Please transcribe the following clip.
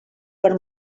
per